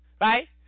right